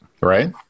Right